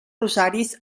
rosaris